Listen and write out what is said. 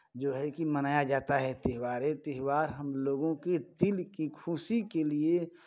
जो है कि मनाया जाता है त्योहार ये त्योहार हमलोगों के दिल की खुशी के लिए